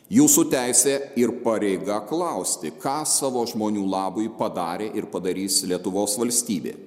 jūsų teisė ir pareiga klausti ką savo žmonių labui padarė ir padarys lietuvos valstybė